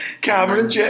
Cameron